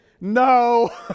no